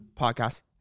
podcast